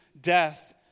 death